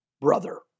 Brother